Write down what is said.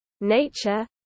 nature